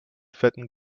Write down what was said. fetten